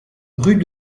rue